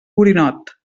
borinot